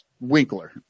Winkler